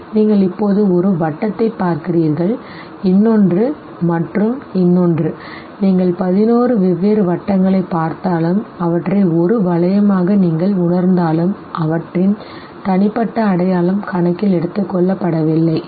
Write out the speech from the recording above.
நீங்கள் இப்போது ஒரு வட்டத்தைப் பார்க்கிறீர்கள் இன்னொன்று மற்றும் இன்னொன்று நீங்கள் 11 வெவ்வேறு வட்டங்களைப் பார்த்தாலும் அவற்றை ஒரு வளையமாக நீங்கள் உணர்ந்தாலும் அவற்றின் தனிப்பட்ட அடையாளம் கணக்கில் எடுத்துக்கொள்ளப்படவில்லை சரி